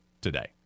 today